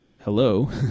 Hello